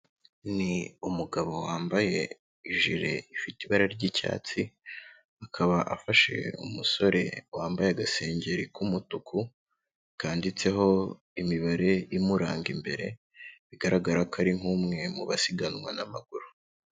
Ni umugabo wambaye ijire, ifite ibara ry'icyatsi, akaba afashe umusore wambaye agasengeri k'umutuku, kanditseho imibare imuranga imbere, bigaragara ko ari nk'umwe mu basiganwa n'amaguru.